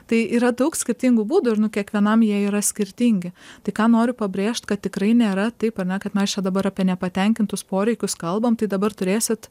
tai yra daug skirtingų būdų ir nu kiekvienam jie yra skirtingi tai ką noriu pabrėžt kad tikrai nėra taip ane kad mes čia dabar apie nepatenkintus poreikius kalbam tai dabar turėsit